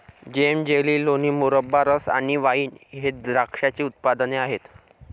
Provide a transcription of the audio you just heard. जेम, jelly, लोणी, मुरब्बा, रस आणि वाइन हे द्राक्षाचे उत्पादने आहेत